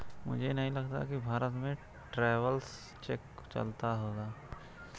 मुझे नहीं लगता कि भारत में भी ट्रैवलर्स चेक चलता होगा